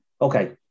Okay